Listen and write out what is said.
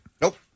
Nope